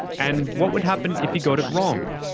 and what would happen if he got it wrong?